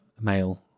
male